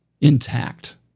intact